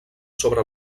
sobre